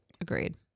Agreed